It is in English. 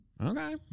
Okay